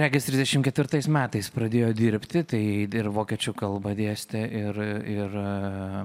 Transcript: regis trisdešimt ketvirtais metais pradėjo dirbti tai ir vokiečių kalbą dėstė ir ir